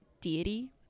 deity